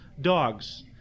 dogs